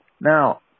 Now